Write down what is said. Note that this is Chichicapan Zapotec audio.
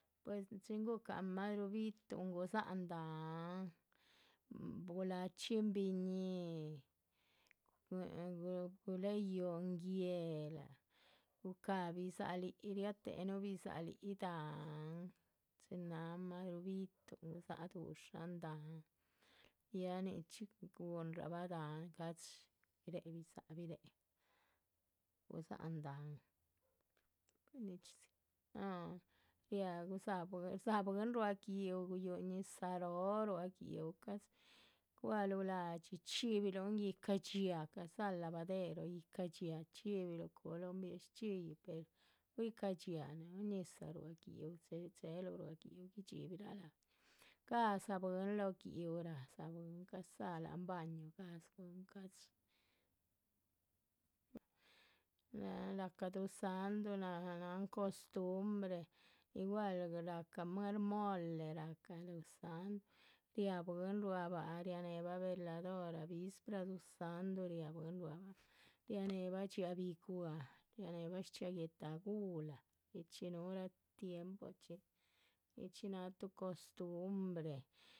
Pues dzí chin guhucan másruhu bi´tuhn, rdzáhan dahán gulachxín biñíhi, guléhe yúun guéla, gucáha bidza´h líhi riotéhenuh, bidza´h líhi dahán chin náhan más. ruh bítuhun, gudzáha dushan dahán, ya nichxí gúhunrabah dahán ca´dxi, guiréhe biddza´h, gudzáhan dahán, riáh rdzáha bwín ruáha gi´uh, guyúhu ñizah róho. ruá gi´uh ca´dxi, guáluhu la´dxi chxíbiluhun, yíhca dhxíaa, ca´dzáha lavadero yíhca dhxíaa chxíbihilunh, cúhulun bie´shchxíyih, per pur yíhca dhxíaa núhu ñizah ruá. gi´uh, chéheluh ruá gi´uh guidxíbirah la´dxi, gádzah bwín lóho gi´uh rádzah bwín, ca´dzáha láhan baño gádzah bwín, ca´dxi nin náha rahca duzáhndu náh náhan costumbre. igual rahca muerh mole, rahca duzáhndu, riáha bwín ruá báha, rianéhebah veladora vispra duzáhndu riáh bwín ruá báh, rianéhebah dxiáac bi´wah, rianéhebah dxiáac. guetaguhla nichxí núhurah tiempochxi nichxí náha tuh costumbre.